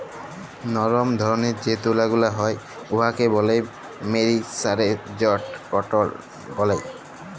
লরম ধরলের যে তুলা গুলা হ্যয় উয়াকে ব্যলে মেরিসারেস্জড কটল ব্যলে